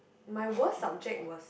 my worst subject was